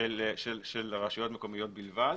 של הרשויות המקומיות בלבד.